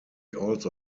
also